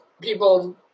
people